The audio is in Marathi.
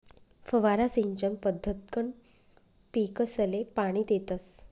फवारा सिंचन पद्धतकंन पीकसले पाणी देतस